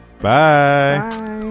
Bye